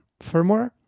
firmware